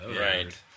right